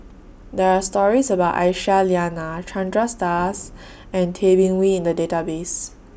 There Are stories about Aisyah Lyana Chandra Das and Tay Bin Wee in The Database